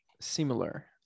similar